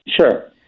Sure